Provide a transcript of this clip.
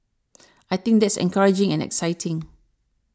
I think that's encouraging and exciting